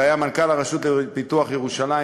שהיה מנכ"ל הרשות לפיתוח ירושלים,